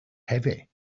heavy